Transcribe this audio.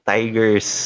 Tigers